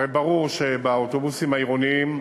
הרי ברור שבאוטובוסים העירוניים,